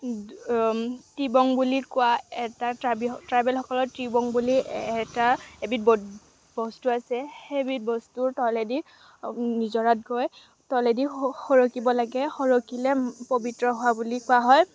ত্ৰিবং বুলি কোৱা এটা ট্ৰাইবেল সকলৰ ত্ৰিবং বুলি এটা এবিধ বস্তু আছে সেইবিধ বস্তুৰ তলেদি নিজৰাত গৈ তলেদি সৰকিব লাগে সৰকিলে পবিত্ৰ হোৱা বুলি কোৱা হয়